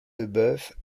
leboeuf